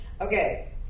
Okay